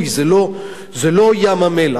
זה לא ים-המלח.